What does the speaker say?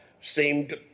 seemed